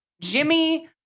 Jimmy